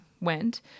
went